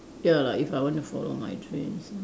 ya lah if I want to follow my dreams